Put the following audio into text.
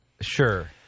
sure